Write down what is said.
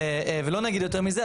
ולא נגיד יותר מזה,